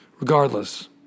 Regardless